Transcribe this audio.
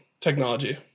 technology